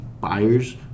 buyers